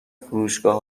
فروشگاه